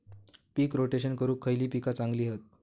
पीक rotation करूक खयली पीका चांगली हत?